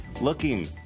looking